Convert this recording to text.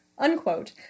Unquote